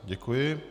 Děkuji.